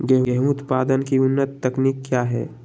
गेंहू उत्पादन की उन्नत तकनीक क्या है?